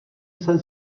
jsem